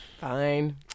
Fine